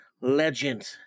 legend